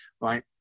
right